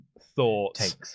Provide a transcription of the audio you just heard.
thoughts